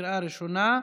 בקריאה ראשונה.